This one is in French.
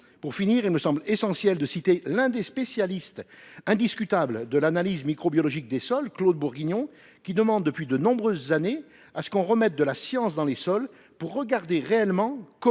Pour finir, il me semble essentiel de citer l’un des spécialistes indiscutables de l’analyse microbiologique des sols, Claude Bourguignon, qui demande depuis de nombreuses années « que l’on remette de la science dans les sols, pour regarder réellement